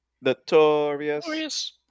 notorious